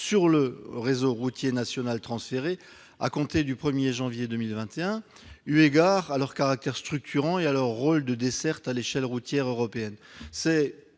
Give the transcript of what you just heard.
sur le réseau routier national transféré à compter du 1 janvier 2021, eu égard à leur caractère structurant et à leur rôle de desserte à l'échelle routière européenne.